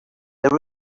there